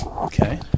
Okay